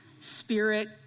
spirit